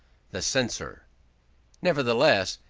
the censor nevertheless,